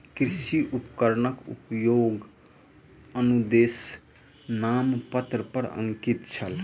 कृषि उपकरणक उपयोगक अनुदेश नामपत्र पर अंकित छल